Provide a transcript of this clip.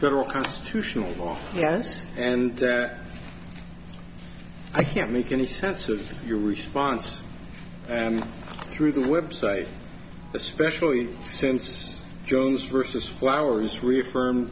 federal constitutional law yes and that i can't make any sense of your response through the website especially since jones versus flowers reaffirm